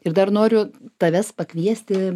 ir dar noriu tavęs pakviesti